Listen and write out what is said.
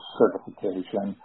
certification